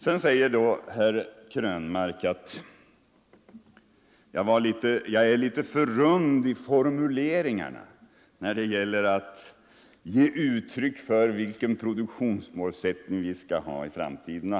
Herr Krönmark sade att jag är litet för rund i formuleringarna när det gäller att ge uttryck för vilken produktionsmålsättning vi skall ha i framtiden.